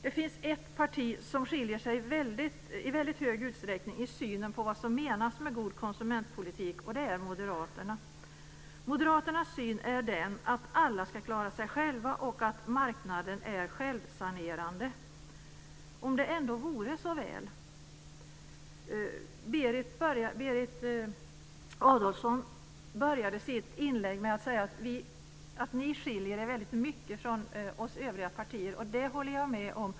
Det finns ett parti som skiljer ut sig i väldigt stor utsträckning i synen på vad som menas med god konsumentpolitik, och det är moderaterna. Moderaternas syn är att alla ska klara sig själva och att marknaden är självsanerande. Om det ändå vore så väl! Berit Adolfsson inledde sitt anförande med att säga att moderaterna skiljer sig väldigt mycket från oss övriga partier, och det håller jag med om.